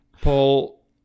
Paul